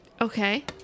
Okay